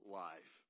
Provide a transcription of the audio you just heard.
life